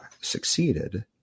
succeeded